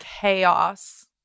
chaos